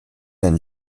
and